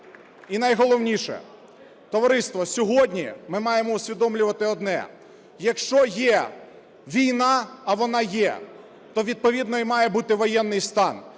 і найголовніше, товариство, сьогодні ми маємо усвідомлювати одне: якщо є війна, а вона є, то відповідно і має бути воєнний стан.